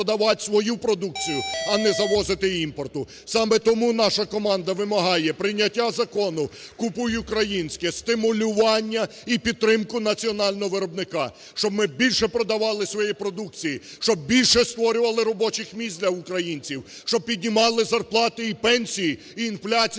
стабільні ціни, треба продавати свою продукцію, а не завозити імпортну. Саме тому наша команда вимагає прийняття Закону "Купуй українське", стимулювання і підтримку національного виробника, щоб ми більше продавали своєї продукції, щоб більше створювали робочих місць для українців, щоб піднімали зарплати і пенсії, і інфляція